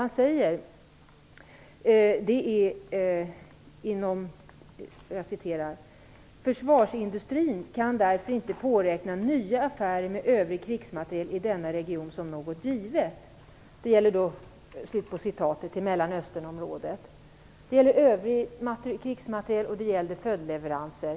Han säger nämligen: Försvarsindustrin kan därför inte påräkna nya affärer med övrig krigsmateriel i denna region som något givet. Detta gäller i Mellanösternområdet och rör övrig krigsmateriel och följdleveranser.